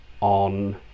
on